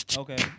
okay